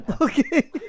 Okay